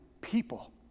people